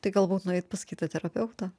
tai galbūt nueit pas kitą terapeutą